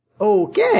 Okay